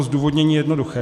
Zdůvodnění je jednoduché.